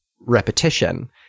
repetition